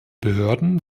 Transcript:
behörden